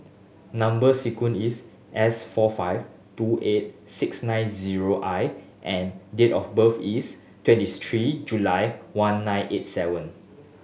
number sequence is S four five two eight six nine zero I and date of birth is twenty three July one nine eight seven